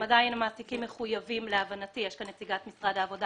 עדיין המעסיקים מחויבים להבנתי יש כאן נציגת משרד העבודה